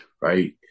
right